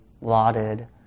lauded